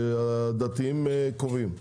הדתיים קובעים.